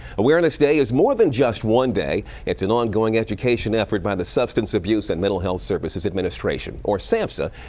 awareness day is more than just one day. it's an ongoing education effort by the substance abuse and mental health services administration, or samsa.